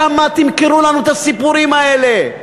כמה תמכרו לנו את הסיפורים האלה?